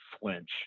flinch